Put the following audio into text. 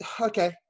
Okay